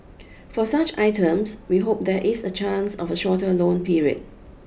for such items we hope there is a chance of a shorter loan period